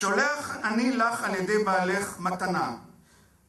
שולח אני לך על ידי בעלך מתנה.